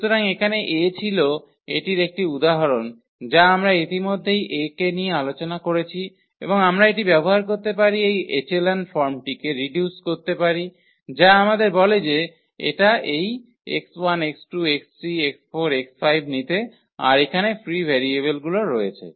সুতরাং এখানে A ছিল এটির একটি উদাহরণ যা আমরা ইতিমধ্যেই A কে নিয়ে আলোচনা করেছি এবং আমরা এটি ব্যবহার করতে পারি এই এচেলন ফর্মটিকে রিডিউস করতে পারি যা আমাদের বলে যে এটা এই নিতে আর এখানে ফ্রি ভেরিয়েবলগুলো রয়েছে